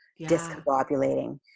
discombobulating